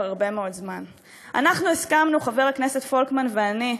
אנחנו הסכמנו, חבר הכנסת פולקמן ואני,